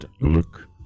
look